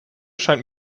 scheint